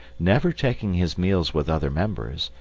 never taking his meals with other members,